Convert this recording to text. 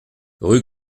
rue